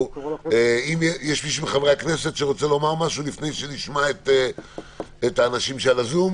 יש מישהו מחברי הכנסת שרוצה לומר משהו לפני שנשמע את האנשים שבזום?